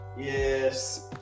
Yes